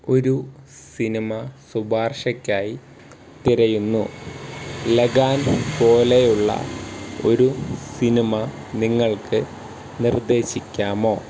ഒരു സിനിമ ശുപാർശക്കായി തിരയുന്നു ലഗാൻ പോലെയുള്ള ഒരു സിനിമ നിങ്ങൾക്ക് നിർദേശിക്കാമോ